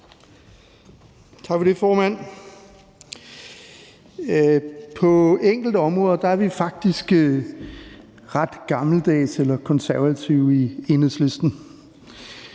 På enkelte områder er vi faktisk ret gammeldags eller konservative i Enhedslisten,